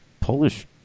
Polish